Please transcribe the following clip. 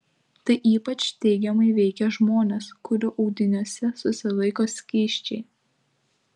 tai ypač teigiamai veikia žmones kurių audiniuose susilaiko skysčiai